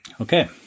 Okay